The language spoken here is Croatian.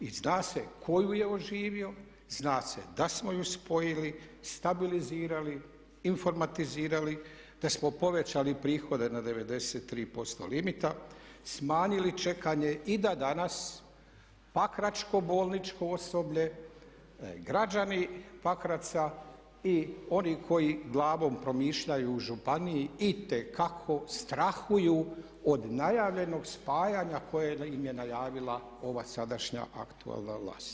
I za se tko ju je oživio, zna se da smo je spojili, stabilizirali, informatizirali, da smo povećali prihode na 93% limita, smanjili čekanje i da danas pakračko bolničko osoblje, građani Pakraca i oni koji glavom promišljaju u županiji itekako strahuju od najavljenog spajanja koje im je najavila ova sadašnja aktualna vlast.